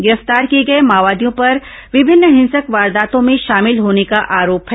गिरफ्तार किए गए माओवादियों पर विभिन्न हिंसक वारदातों में शामिल होने का आरोप है